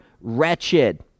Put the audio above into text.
wretched